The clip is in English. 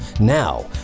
now